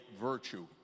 virtue